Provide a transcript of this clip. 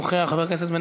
חבר הכנסת ישראל אייכלר,